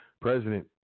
president